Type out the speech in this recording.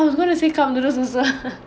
I was gonna say also